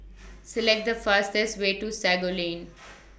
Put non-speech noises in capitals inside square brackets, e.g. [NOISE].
[NOISE] Select The fastest Way to Sago Lane [NOISE]